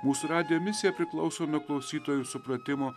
mūsų radijo misija priklauso nuo klausytojų supratimo